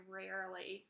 rarely